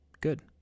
good